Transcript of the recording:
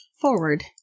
forward